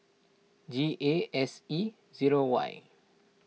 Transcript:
G A S E zero Y